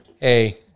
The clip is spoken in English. hey